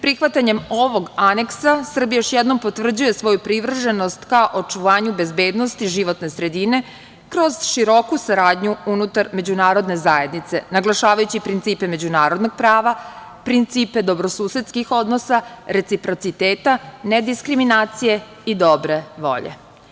Prihvatanjem ovog aneksa Srbija još jednom potvrđuje svoju privrženost ka očuvanju bezbednosti životne sredine, kroz široku saradnju unutar međunarodne zajednice, naglašavajući principa međunarodnog prava, principe dobrosusedskih odnosa, reciprociteta, ne diskriminacije i dobre volje.